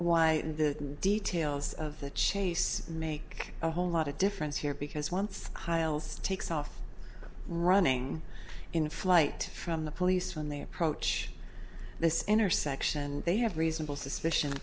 why the details of the chase make a whole lot of difference here because once hiles takes off running in flight from the police when they approach this intersection they have reasonable suspicion